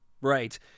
Right